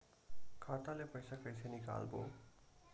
खाता ले पईसा कइसे निकालबो?